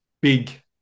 big